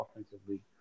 offensively